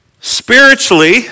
Spiritually